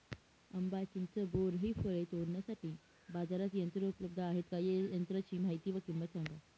आंबा, चिंच, बोर हि फळे तोडण्यासाठी बाजारात यंत्र उपलब्ध आहेत का? या यंत्रांची माहिती व किंमत सांगा?